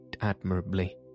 admirably